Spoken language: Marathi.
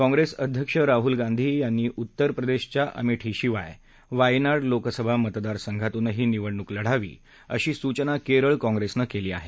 काँप्रिस अध्यक्ष राहुल गांधी यांनी उत्तर प्रदेशच्या अमेठी शिवाय वायनाड लोकसभा मतदारसंघातूनही निवडणूक लढावी अशी सूचना केरळ काँग्रेसनं केली आहे